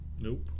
Nope